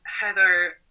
Heather